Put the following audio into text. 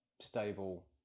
stable